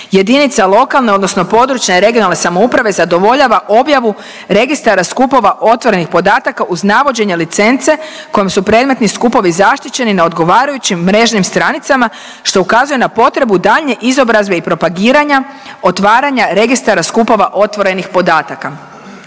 jedinica lokalne, odnosno područne-regionalne samouprave zadovoljava objavu registara skupova otvorenih podataka uz navođenje licence kojom su predviđeni skupovi zaštićeni na odgovarajućim mrežnim stranicama što ukazuje na potrebu daljnje izobrazbe i propagiranja otvaranja registara skupova otvorenih podataka.